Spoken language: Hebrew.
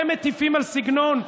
אתם מטיפים על סגנון?